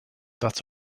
that’s